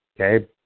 okay